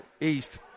East